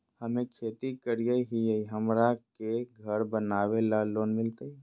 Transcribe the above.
हमे खेती करई हियई, हमरा के घर बनावे ल लोन मिलतई?